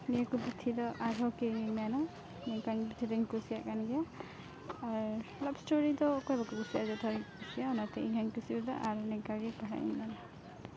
ᱱᱤᱭᱟᱹᱠᱚ ᱯᱩᱛᱷᱤᱫᱚ ᱟᱨᱦᱚᱸ ᱠᱤᱨᱤᱧᱤᱧ ᱢᱮᱱᱟ ᱱᱮᱝᱠᱟᱱ ᱯᱩᱛᱷᱤᱫᱚᱧ ᱠᱩᱥᱤᱭᱟᱜ ᱠᱟᱱ ᱜᱮᱭᱟ ᱟᱨ ᱞᱟᱵᱷ ᱥᱴᱳᱨᱤᱫᱚ ᱚᱠᱚᱭ ᱵᱟᱠᱚ ᱠᱩᱥᱤᱜᱼᱟ ᱡᱚᱛᱚᱦᱚᱲ ᱜᱮᱠᱚ ᱠᱩᱥᱤᱜᱼᱟ ᱟᱨ ᱚᱱᱟᱛᱮ ᱤᱧᱦᱚᱸᱧ ᱠᱩᱥᱤᱣᱟᱫᱟ ᱟᱨ ᱱᱮᱝᱠᱟᱜᱮ ᱛᱮᱦᱮᱸᱤᱧ ᱢᱟ